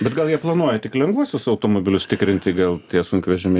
bet gal jie planuoja tik lengvuosius automobilius tikrinti gal tie sunkvežimiai